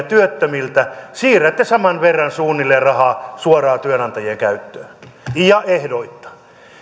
työttömiltä saman verran suunnilleen rahaa suoraan työnantajien käyttöön ja ehdoitta